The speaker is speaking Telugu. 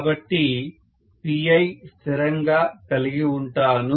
కాబట్టి Pi స్థిరంగా కలిగి ఉంటాను